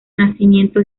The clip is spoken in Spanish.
nacimiento